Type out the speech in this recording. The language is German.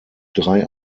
drei